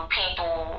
people